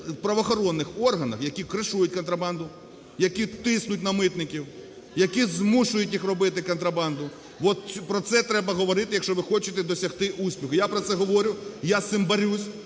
правоохоронних органах, які "кришують" контрабанду, які тиснуть на митників, які змушують їх робити контрабанду. От про це треба говорити, якщо ви хочете досягти успіхи. Я про це говорю, я з цим борюся,